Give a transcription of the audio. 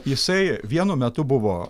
jisai vienu metu buvo